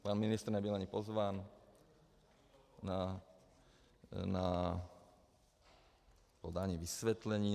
Pan ministr nebyl ani pozván na podání vysvětlení.